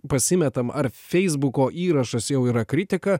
pasimetam ar feisbuko įrašas jau yra kritika